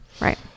Right